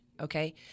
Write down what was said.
okay